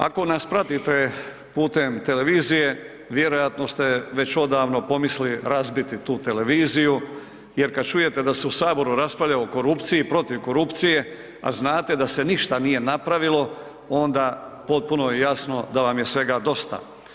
Ako nas pratite putem televizije, vjerojatno ste već odavno pomislili razbiti tu televiziju jer kad čujete da se u Saboru raspravlja o korupcije i protiv korupcije, a znate da se ništa nije napravilo, onda, potpuno je jasno da vam je svega dosta.